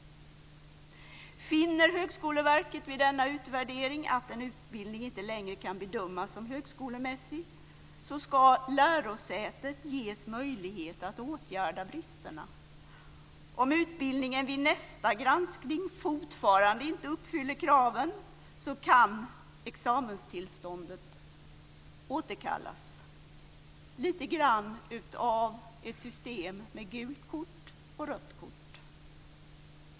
Finner Högskoleverket vid denna utvärdering att en utbildning inte längre kan bedömas som högskolemässig ska lärosätet ges möjlighet att åtgärda bristerna. Om utbildningen vid nästa granskning fortfarande inte uppfyller kraven kan examenstillståndet återkallas. Det är lite grann av ett system med gult kort och rött kort.